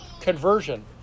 conversion